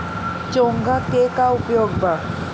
चोंगा के का उपयोग बा?